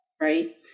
right